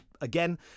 Again